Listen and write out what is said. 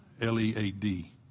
L-E-A-D